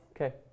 Okay